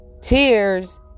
tears